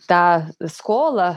tą skolą